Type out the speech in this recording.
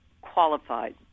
qualified